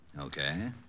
Okay